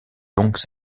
longues